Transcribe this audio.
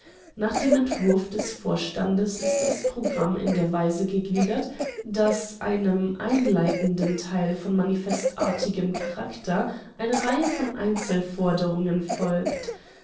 nach dem entwurf des vorstandes ist das programm in der weise gegliedert daß einem einleitenden teil von manifestartigem charakter eine reihe von einzelforderungen folgt